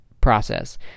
process